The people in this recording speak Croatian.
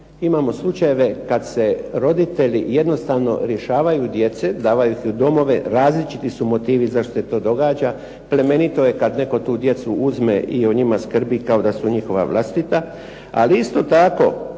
Imamo slučajeve kada se roditelji jednostavno rješavaju djece, daju ih u domove, različiti su motivi zašto se to događa, plemenito je kada netko tu djecu uzme i o njima skrbi kao da su njihova vlastita, ali isto tako